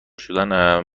شدن